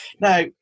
now